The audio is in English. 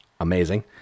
amazing